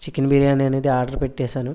chicken biryani అనేది order పెట్టేసాను